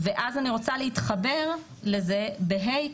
ואז אני רוצה להתחבר לזה ב-ה',